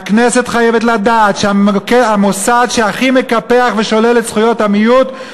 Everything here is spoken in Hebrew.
הכנסת חייבת לדעת שהמוסד שהכי מקפח ושולל את זכויות המיעוט,